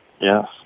Yes